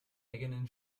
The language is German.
eigenen